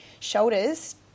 shoulders